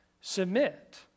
submit